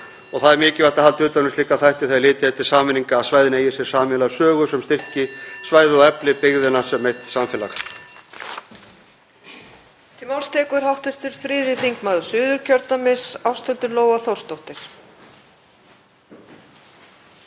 Það er mikilvægt að halda utan um slíka þætti þegar litið er til sameiningar, að svæðin eigi sér sameiginlega sögu sem styrki svæðið og efli byggðina sem eitt samfélag.